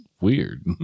weird